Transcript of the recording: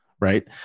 right